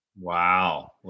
Wow